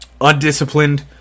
Undisciplined